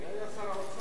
מי היה שר האוצר אז?